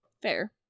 fair